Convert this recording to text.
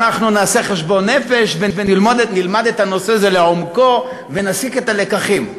ואנחנו נעשה חשבון נפש ונלמד את הנושא הזה לעומקו ונסיק את הלקחים.